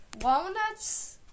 walnuts